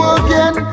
again